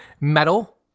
metal